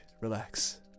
relax